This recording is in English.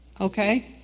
okay